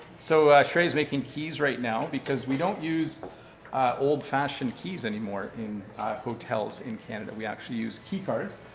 so shrey is making keys right now, because we don't use old fashioned keys any more in hotels in canada. we actually use key cards.